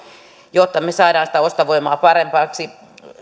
jotta me saamme sitä ostovoimaa paremmaksi